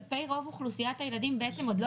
כלפי רוב אוכלוסיית הילדים בעצם עוד לא